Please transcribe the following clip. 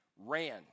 ran